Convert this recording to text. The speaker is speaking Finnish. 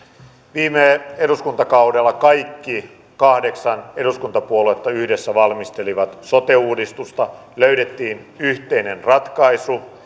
viime eduskuntakaudella kaikki kahdeksan eduskuntapuoluetta yhdessä valmistelivat sote uudistusta löydettiin yhteinen ratkaisu